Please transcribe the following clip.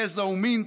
גזע ומין,